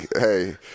hey